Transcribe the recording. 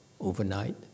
overnight